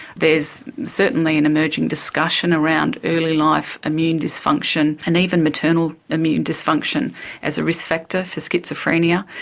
there is certainly an emerging discussion around early-life immune dysfunction and even maternal immune dysfunction as a risk factor for schizophrenia.